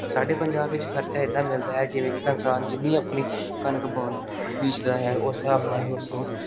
ਸਾਡੇ ਪੰਜਾਬ ਵਿੱਚ ਖਰਚਾ ਇੱਦਾਂ ਮਿਲਦਾ ਹੈ ਜਿਵੇਂ ਕਿ ਕਿਸਾਨ ਜਿੰਨੀ ਆਪਣੀ ਕਣਕ ਬੋਂ ਬੀਜਦਾ ਹੈ ਉਸ ਹਿਸਾਬ ਨਾਲ ਹੀ ਉਸ ਨੂੰ